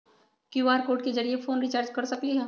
QR code के जरिय phone recharge कर सकली ह?